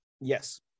Yes